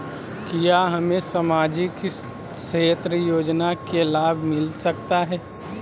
क्या हमें सामाजिक क्षेत्र योजना के लाभ मिलता सकता है?